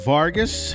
Vargas